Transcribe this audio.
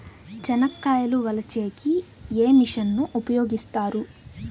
చెనక్కాయలు వలచే కి ఏ మిషన్ ను ఉపయోగిస్తారు?